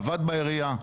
עבד בעירייה.